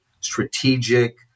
strategic